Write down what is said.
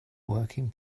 working